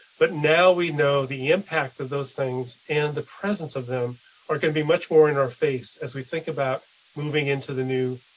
but now we know the impact of those things and the presence of them are going to be much more in our face as we think about moving into the new.